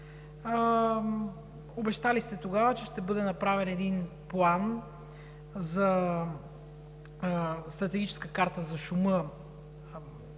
Тогава сте обещали, че ще бъде направен един план за Стратегическа карта за шума